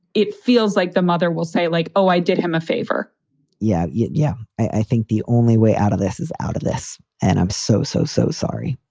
it feels like the mother will say like, oh, i did him a favor yeah. yeah. yeah i think the only way out of this is out of this. and i'm so, so, so sorry.